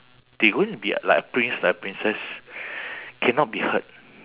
they going to be like a prince like a princess cannot be hurt